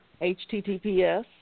HTTPS